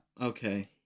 Okay